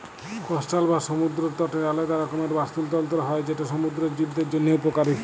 coastal বা সমুদ্দর তটের আলেদা রকমের বাস্তুতলত্র হ্যয় যেট সমুদ্দুরের জীবদের জ্যনহে উপকারী